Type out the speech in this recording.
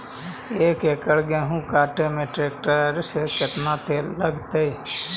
एक एकड़ गेहूं काटे में टरेकटर से केतना तेल लगतइ?